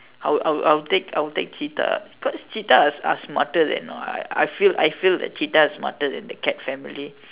I would I would I would take I would take cheetah cause cheetah are are smarter then you know I feel I feel that cheetah are smarter than the cat family